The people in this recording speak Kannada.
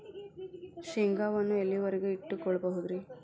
ಶೇಂಗಾವನ್ನು ಎಲ್ಲಿಯವರೆಗೂ ಇಟ್ಟು ಕೊಳ್ಳಬಹುದು ರೇ?